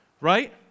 right